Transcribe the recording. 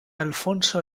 alfonso